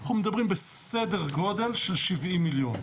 אנחנו מדברים בסדר גודל של שבעים מיליון.